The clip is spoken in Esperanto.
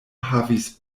havis